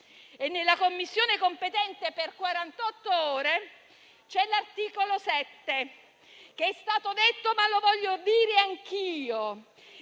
nella Commissione competente per quarantotto ore, è l'articolo 7 che - è stato detto, ma lo voglio dire anch'io